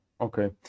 okay